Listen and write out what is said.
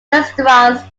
restaurants